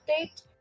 update